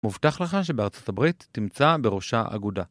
‫מובטח לך שבארצות הברית ‫תמצא בראשה אגודה.